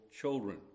children